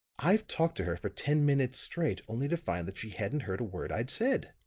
i've talked to her for ten minutes straight, only to find that she hadn't heard a word i'd said.